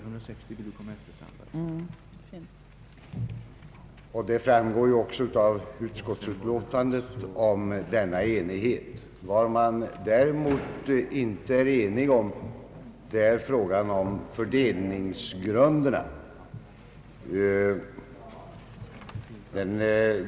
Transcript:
Denna enighet framgår ju också av utskottsutlåtandet. Vad man däremot inte blivit enig om är fördelningsgrunderna.